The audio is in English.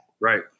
Right